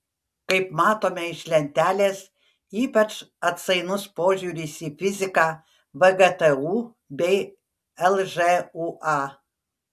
kaip matome iš lentelės ypač atsainus požiūris į fiziką vgtu bei lžūa